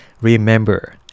Remember